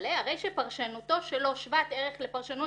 וכולי "הרי שפרשנותו שלו שוות ערך לפרשנות